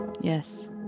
Yes